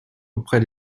auprès